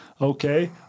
Okay